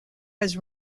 has